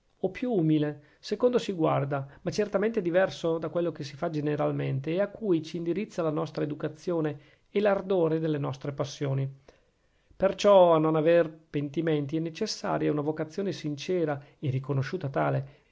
o più umile secondo si guarda ma certamente diverso da quello che si fa generalmente e a cui c'indirizza la nostra educazione e l'ardore delle nostre passioni perciò a non aver pentimenti è necessaria una vocazione sincera e riconosciuta tale